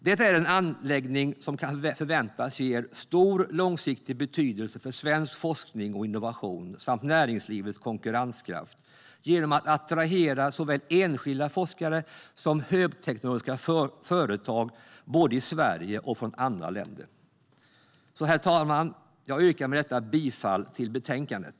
Det är en anläggning som kan förväntas ge stor långsiktig betydelse för svensk forskning och innovation samt näringslivets konkurrenskraft genom att attrahera såväl enskilda forskare som högteknologiska företag både i Sverige och i andra länder. Herr talman! Jag yrkar med detta bifall till förslaget i betänkandet.